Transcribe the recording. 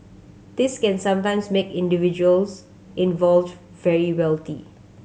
this can sometimes make individuals involved very wealthy